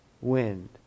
wind